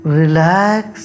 relax